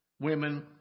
women